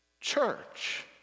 church